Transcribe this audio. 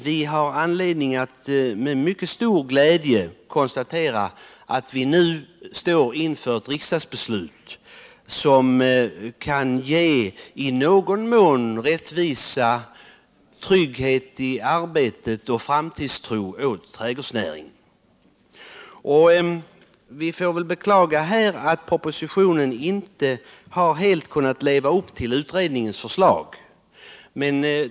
Vi har anledning att med stor glädje konstatera att vi nu står inför ett riksdagsbeslut som i någon mån ger rättvisa, trygghet i arbetet och framtidstro åt trädgårdsnäringen. Vi får bara beklaga att propositionen inte helt har kunnat leva upp till utredningens förslag.